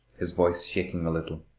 his voice shaking a little.